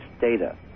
data